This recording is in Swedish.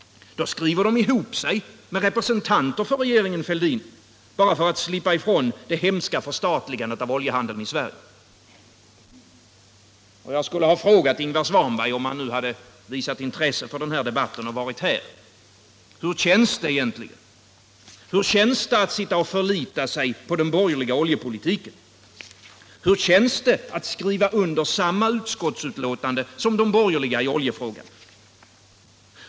Då skriver de ihop sig med representanter för regeringen Fälldin, bara för att slippa ifrån det hemska förstatligandet av oljehandeln i Sverige. Om Ingvar Svanberg hade visat intresse för denna debatt och varit här i kammaren skulle jag ha frågat honom: Hur känns det att förlita sig på den borgerliga oljepolitiken? Hur känns det att skriva under samma utskottsutlåtande som de borgerliga i oljefrågan?